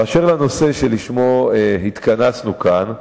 אשר לנושא שלשמו התכנסנו כאן,